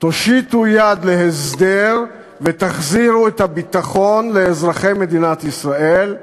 תושיטו יד להסדר ותחזירו את הביטחון לאזרחי מדינת ישראל.